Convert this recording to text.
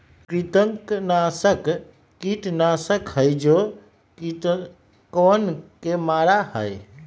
कृंतकनाशक कीटनाशक हई जो कृन्तकवन के मारा हई